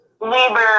labor